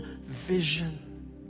Vision